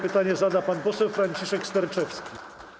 Pytanie zada pan poseł Franciszek Sterczewski.